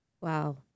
Wow